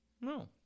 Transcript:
No